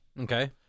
Okay